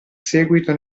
seguito